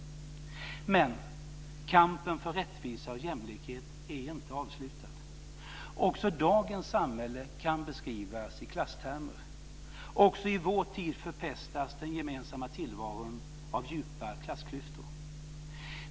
Men kampen för rättvisa och jämlikhet är inte avslutad. Också dagens samhälle kan beskrivas i klasstermer. Också i vår tid förpestas den gemensamma tillvaron av djupa klassklyftor.